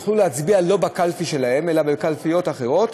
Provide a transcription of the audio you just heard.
שיוכלו להצביע שלא בקלפי שלהם אלא בקלפיות אחרות,